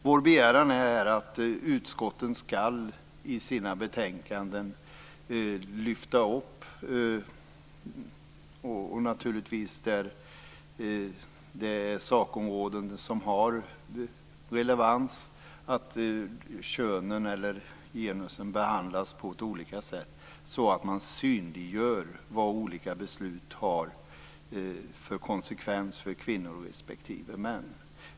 Vår begäran är att utskotten i sina betänkanden skall lyfta upp sakområden där det är relevant att genusen behandlas på olika sätt så att man synliggör vad olika beslut har för konsekvenser för kvinnor respektive män.